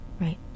Right